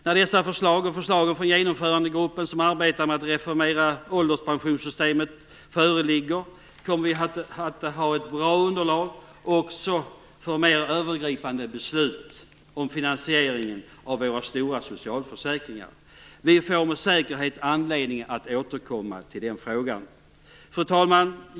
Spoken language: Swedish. När dessa förslag föreligger, liksom förslagen från Genomförandegruppen, som arbetar med att reformera ålderspensionssystemet, kommer vi att ha ett bra underlag också för mer övergripande beslut om finansieringen av våra stora socialförsäkringar. Vi får med säkerhet anledning att återkomma till den frågan. Fru talman!